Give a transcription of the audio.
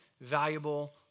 valuable